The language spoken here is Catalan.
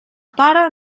pare